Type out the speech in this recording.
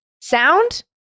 Sound